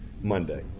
Monday